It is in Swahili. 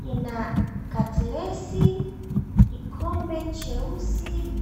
ina katlesi, kikombe cheusi.